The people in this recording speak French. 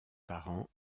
parents